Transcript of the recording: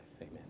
Amen